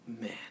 Man